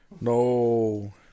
no